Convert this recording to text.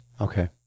Okay